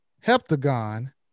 heptagon